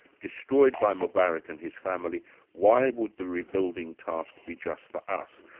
destroyed by mubarak and his family why would the rebuilding task be just for us?